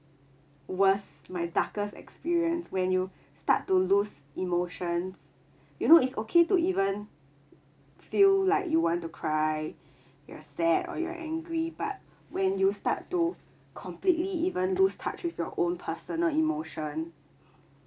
worst my darkest experience when you start to lose emotions you know it's okay to even feel like you want to cry you're sad or you are angry but when you start to completely even lose touch with your own personal emotion